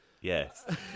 Yes